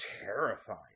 terrifying